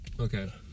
Okay